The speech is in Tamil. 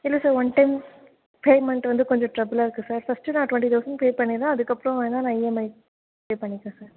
இல்லை சார் ஒன் டைம் பேமண்ட் வந்து கொஞ்சம் ட்ரபுளாக இருக்குது சார் ஃபஸ்ட்டு நான் டுவெண்ட்டி தௌசண்ட் பே பண்ணிடறேன் அதுக்கப்புறம் வேணா நான் இஎம்ஐ பே பண்ணிக்கிறேன் சார்